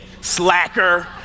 slacker